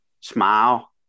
Smile